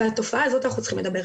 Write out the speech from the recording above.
ועל התופעה הזאת אנחנו צריכים לדבר,